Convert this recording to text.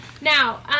Now